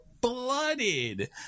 blooded